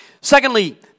Secondly